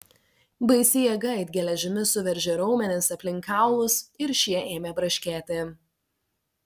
baisi jėga it geležimi suveržė raumenis aplink kaulus ir šie ėmė braškėti